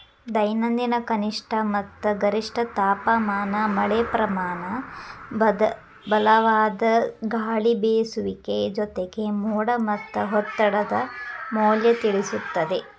ದೈನಂದಿನ ಕನಿಷ್ಠ ಮತ್ತ ಗರಿಷ್ಠ ತಾಪಮಾನ ಮಳೆಪ್ರಮಾನ ಬಲವಾದ ಗಾಳಿಬೇಸುವಿಕೆ ಜೊತೆಗೆ ಮೋಡ ಮತ್ತ ಒತ್ತಡದ ಮೌಲ್ಯ ತಿಳಿಸುತ್ತದೆ